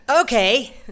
Okay